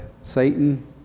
Satan